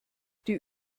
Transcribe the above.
die